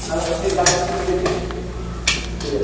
তাহলে আমি বাকিটা ঘুরে দেখি ঠিক আছে